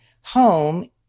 home